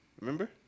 Remember